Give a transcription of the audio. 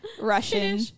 Russian